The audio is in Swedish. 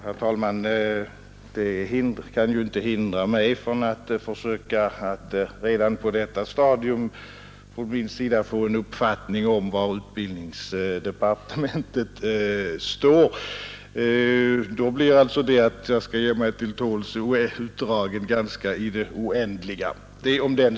Herr talman! Det som herr Alemyr nu anfört kan inte hindra mig från att redan på detta stadium försöka få en uppfattning om var utbildningsdepartementet står. Annars skulle jag ju få ge mig till tåls i det oändliga.